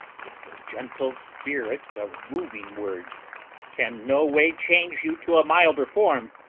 if the gentle spirit of moving words can no way change you to a milder form,